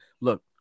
look